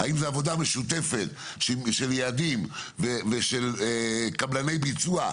האם זו עבודה משותפת של יעדים ושל קבלני ביצוע,